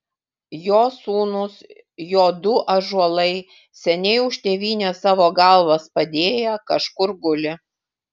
jo sūnūs jo du ąžuolai seniai už tėvynę savo galvas padėję kažkur guli